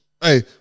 Hey